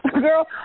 girl